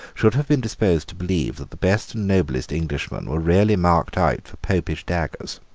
should have been disposed to believe that the best and noblest englishmen were really marked out for popish daggers.